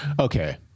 Okay